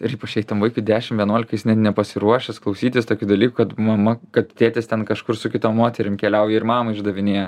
ir ypač jei tam vaikui dešim vienuolika jis net nepasiruošęs klausytis tokių dalykų kad mama kad tėtis ten kažkur su kitom moterim keliauja ir mamą išdavinėja